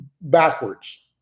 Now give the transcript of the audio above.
backwards